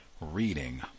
Reading